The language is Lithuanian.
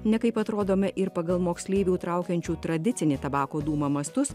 nekaip atrodome ir pagal moksleivių traukiančių tradicinį tabako dūmą mastus